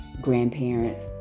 grandparents